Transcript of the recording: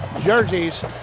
jerseys